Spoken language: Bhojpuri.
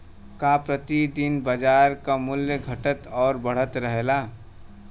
का प्रति दिन बाजार क मूल्य घटत और बढ़त रहेला?